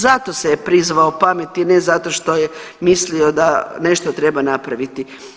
Zato se je prizvao pameti, ne zato što je mislio da nešto treba napraviti.